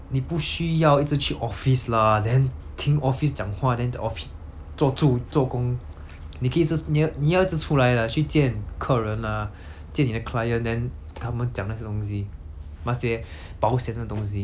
你不需要一直去 office lah then 听 office 讲话 then office 坐着做工你可以你要你要一直出来的去见客人 lah 见你的 client then 他们讲那些东西那些保险的东西